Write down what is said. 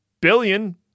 billion